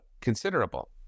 considerable